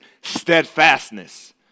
steadfastness